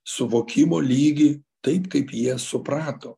suvokimo lygį taip kaip jie suprato